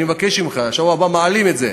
אני מבקש ממך: בשבוע הבא מעלים את זה,